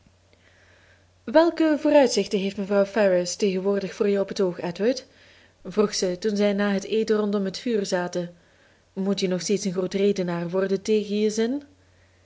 welke vooruitzichten heeft mevrouw ferrars tegenwoordig voor je op het oog edward vroeg zij toen zij na het eten rondom het vuur zaten moet je nog steeds een groot redenaar worden tegen je zin